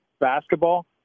basketball